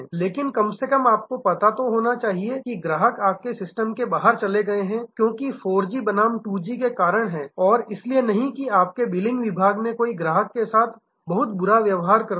लेकिन कम से कम आपको पता होना चाहिए कि ग्राहक आपके सिस्टम से बाहर चले गए हैं क्योंकि 4 जी बनाम 2 जी के कारण और इसलिए नहीं कि आपके बिलिंग विभाग में कोई ग्राहक के साथ बहुत बुरा व्यवहार करता है